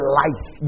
life